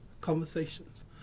conversations